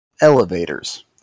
elevators